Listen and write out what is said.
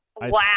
Wow